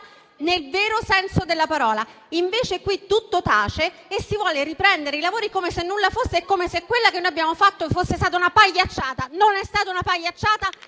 nel vero senso della parola. Invece qui tutto tace e si vogliono riprendere i lavori come se nulla fosse, come se quella che noi abbiamo fatto fosse stata una pagliacciata. Non è stata una pagliacciata.